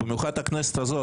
במיוחד הכנסת הזאת,